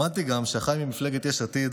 למדתי גם שאחיי ממפלגת יש עתיד